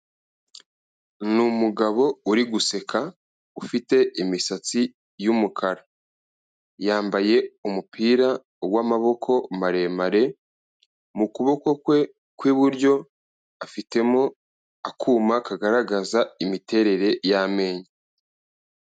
Ni umugabo uri guseka ufite imisatsi y'umukara. Yambaye umupira w'amaboko maremare, mu kuboko kwe kw'iburyo afitemo akuma kagaragaza imiterere y'amenyo.